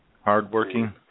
Hardworking